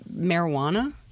marijuana